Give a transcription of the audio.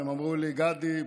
הם אמרו לי: גדי,